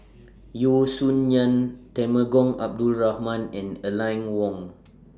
Yeo Song Nian Temenggong Abdul Rahman and Aline Wong